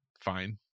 Fine